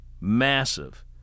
massive